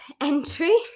entry